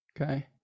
okay